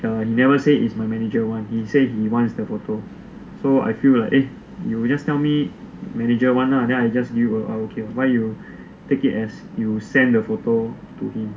you never say is my manager want he said he wants the photo so I feel like eh you just tell me manager want lah then I just give you I okay why you take it as you send the photo to him